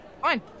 fine